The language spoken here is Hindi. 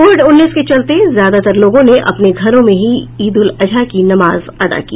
कोविड उन्नीस के चलते ज्यादातर लोगों ने अपने घरों में ही ईद उल अजहा की नमाज अदा की